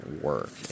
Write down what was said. work